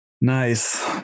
Nice